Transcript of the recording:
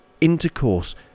intercourse